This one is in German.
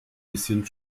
bisschen